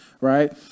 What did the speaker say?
right